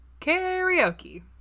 karaoke